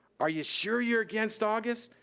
are you sure you're against august?